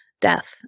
death